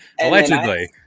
allegedly